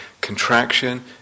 contraction